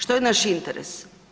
Što je naš interes?